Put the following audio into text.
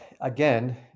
again